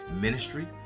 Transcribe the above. ministry